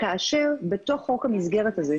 כאשר בתוך חוק המסגרת הזה,